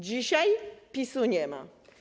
Dzisiaj PiS-u nie ma.